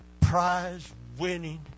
prize-winning